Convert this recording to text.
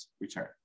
return